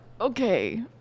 Okay